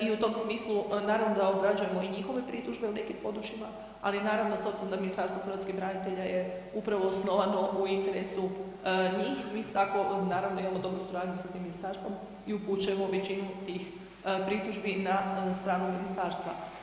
I u tom smislu naravno da obrađujemo i njihove pritužbe u nekim područjima, ali naravno s obzirom da Ministarstvo hrvatskih branitelja je upravo osnovano u interesu njih mi tako naravno imamo dobru suradnju s tim ministarstvom i upućujemo većinu tih pritužbi na stranu ministarstva.